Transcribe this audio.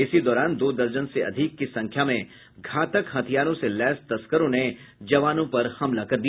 इसी दौरान दो दर्जन से अधिक की संख्या में घातक हथियारों से लैस तस्करों ने जवानों पर हमला कर दिया